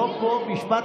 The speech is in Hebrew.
אני לא, משפט